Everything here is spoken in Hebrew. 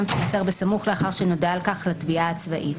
תימסר בסמוך לאחר שנודע על כך לתביעה הצבאית.